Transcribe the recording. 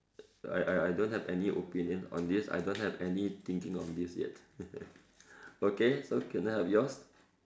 I I I don't have any opinion on this I don't have any thinking on this yet okay so can I have yours